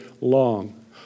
long